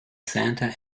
santa